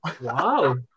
Wow